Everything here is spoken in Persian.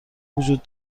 وجود